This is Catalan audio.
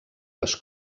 les